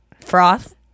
Froth